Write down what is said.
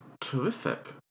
terrific